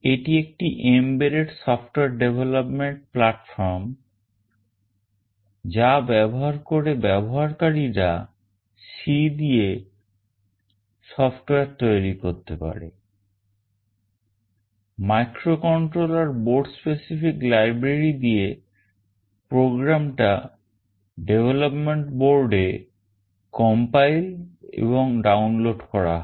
এটা একটি embedded software development platform যা ব্যবহার করে ব্যবহারকারীরা C দিয়ে সফটওয়্যার তৈরি করতে পারে microcontroller board specific library দিয়ে program টা development board এ compile এবং download করা হয়